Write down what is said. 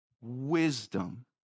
wisdom